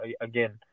again